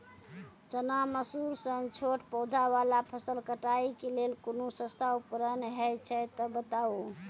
चना, मसूर सन छोट पौधा वाला फसल कटाई के लेल कूनू सस्ता उपकरण हे छै तऽ बताऊ?